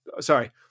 Sorry